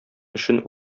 эшен